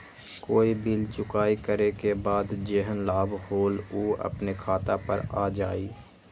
कोई बिल चुकाई करे के बाद जेहन लाभ होल उ अपने खाता पर आ जाई?